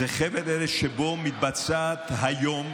הוא חבל ארץ שבו מתבצעת היום,